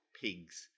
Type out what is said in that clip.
pigs